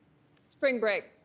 spring break.